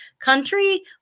country